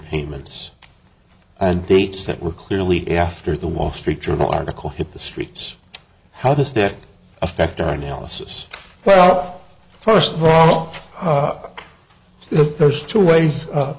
payments and dates that were clearly after the wall street journal article hit the streets how does that affect our analysis well first of all there's two ways